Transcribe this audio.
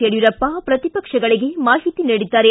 ಯಡಿಯೂರಪ್ಪ ಪ್ರತಿಪಕ್ಷಗಳಿಗೆ ಮಾಹಿತಿ ನೀಡಿದ್ದಾರೆ